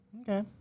Okay